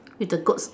with the goats